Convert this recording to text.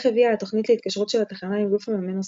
כך הביאה התוכנית להתקשרות של התחנה עם גוף מממן נוסף.